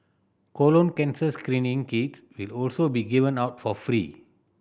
colon cancer screening kits will also be given out for free